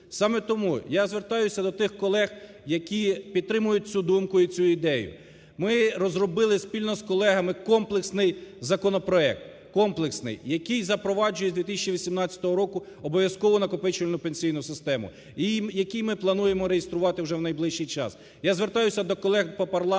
Саме тому я звертаюся до тих колег, які підтримують цю думку і цю ідею. Ми розробили спільно з колегами комплексний законопроект, комплексний, який запроваджує з 2018 року обов'язкову накопичувальну пенсійну систему, і який ми плануємо реєструвати вже в найближчий час. Я звертаюся до колег по